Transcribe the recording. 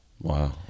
Wow